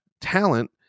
talent